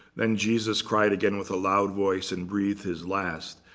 then jesus cried again with a loud voice and breathed his last.